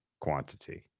quantity